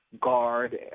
Guard